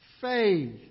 faith